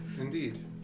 Indeed